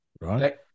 right